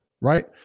right